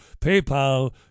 PayPal